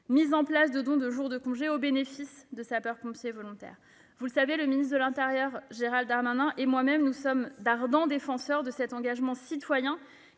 mise en place de dons de jours de congé au bénéfice des sapeurs-pompiers volontaires. Vous le savez, le ministre de l'intérieur Gérald Darmanin et moi-même sommes d'ardents défenseurs de cet engagement citoyen,